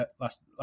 last